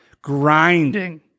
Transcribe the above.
grinding